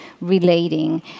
relating